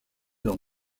dans